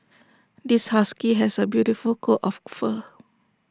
this husky has A beautiful coat of fur